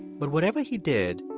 but whatever he did,